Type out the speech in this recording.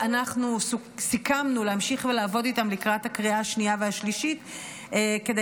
אנחנו סיכמנו להמשיך ולעבוד איתם לקראת הקריאה השנייה והשלישית כדי